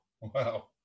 wow